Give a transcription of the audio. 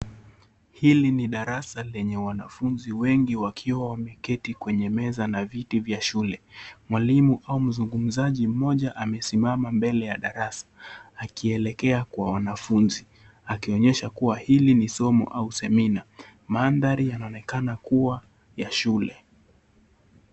Hili ni darasa lenye wanafunzi wengi wa akiume wameketi kwenye meza na viti vya shule ,mwalimu au mzunguzaji mmoja amesimama mbele ya darasa akielekea kwa wanafunzi akionyesha kuwa hili ni somo au semina manthari yanaonekana kuwa ya shule.